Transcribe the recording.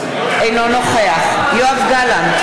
אינו נוכח יואב גלנט,